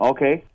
Okay